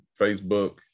Facebook